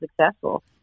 successful